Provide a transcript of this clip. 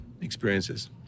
experiences